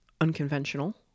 unconventional